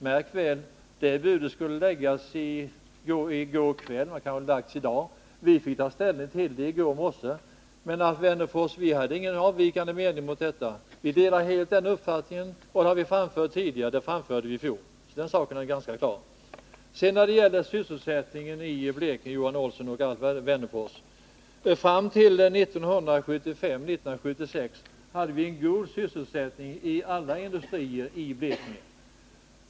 Märk väl att budet skulle läggas i går kväll — det kanske har lagts i dag. Vi fick ta ställning till förslaget i går morse. Men, Alf Wennerfors, vi hade ingen avvikande mening. Vi delar helt uppfattningen att den utlandskonkurrerande sektorn skall vara löneledande. Den uppfattningen framförde vi också i fjol. Fram till 1975/76 hade vi god sysselsättning vid alla industrier i Blekinge.